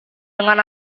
dengan